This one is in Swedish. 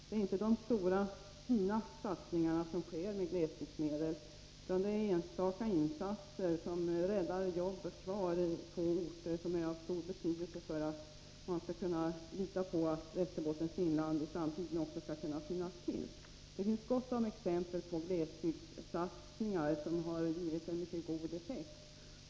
Det är inte de stora, fina satsningarna som glesbygdsmedlen används till, utan det är fråga om enstaka insatser som räddar arbeten på orterna, arbeten som är av stor betydelse för att man skall kunna lita på att samhällena i Västerbottens inland skall kunna finnas till också i framtiden. Det finns gott om exempel på glesbygdssatsningar som gett en mycket god effekt.